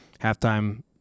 Halftime